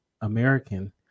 American